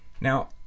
Now